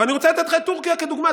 אבל אני רוצה לתת לך את טורקיה כדוגמה.